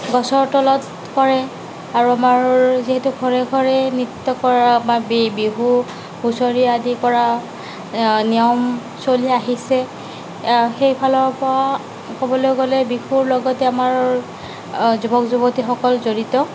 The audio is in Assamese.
গছৰ তলত কৰে আৰু আমাৰ যিহেতু ঘৰে ঘৰে নৃত্য কৰাৰ আমাৰ বি বিহু হুঁচৰি আদি কৰা নিয়ম চলি আহিছে সেইফালৰ পৰাও ক'বলৈ গ'লে বিহুৰ লগতে আমাৰ যুৱক যুৱতীসকল জড়িত